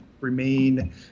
remain